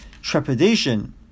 trepidation